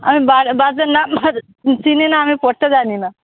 আমি বাজা বাজার নাম চিনি না আমি পড়তে জানি না